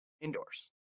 indoors